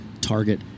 target